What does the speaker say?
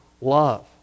love